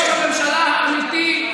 אתם כולכם עבדים נרצעים של ראש הממשלה האמיתי,